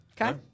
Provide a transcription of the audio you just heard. Okay